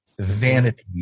vanity